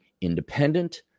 independent